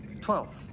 Twelve